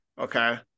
Okay